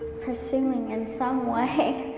pursuing in some way.